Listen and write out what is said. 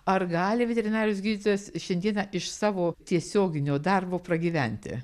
ar gali veterinarijos gydytojas šiandieną iš savo tiesioginio darbo pragyventi